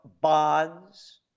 bonds